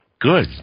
Good